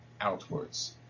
outwards